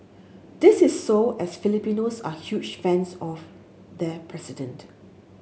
this is so as Filipinos are huge fans of their president